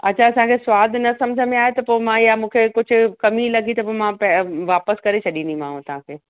अच्छा असांजो स्वादु न सम्झि में आयो त पोइ मां इहा मूंखे कुझु कमी लॻी त ओ मां पइ वापिसि करे छॾींदीमाव तव्हांखे